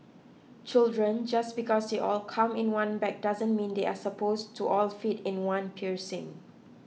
children just because they all come in one bag doesn't mean they are suppose to all fit in one piercing